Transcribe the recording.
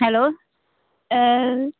hello